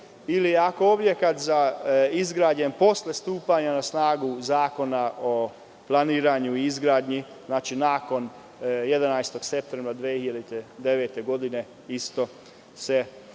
ili ako je objekat izgrađen posle stupanja na snagu Zakona o planiranju i izgradnji, znači, nakon 11. septembra 2009. godine, isto se taj